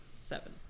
seven